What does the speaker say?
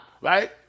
right